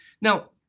Now